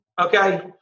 Okay